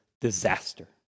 disaster